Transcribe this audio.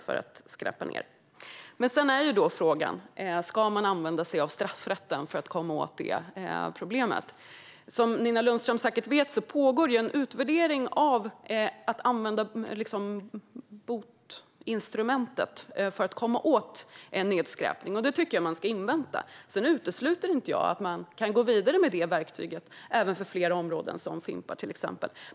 Sedan är frågan om man ska använda straffrätten för att komma åt detta problem. Som Nina Lundström säkert vet pågår en utvärdering av möjligheten att använda botinstrumentet för att komma åt nedskräpning. Den utvärderingen tycker jag att man ska invänta. Sedan utesluter jag inte att man kan gå vidare med det verktyget även på andra områden, till exempel när det gäller fimpar.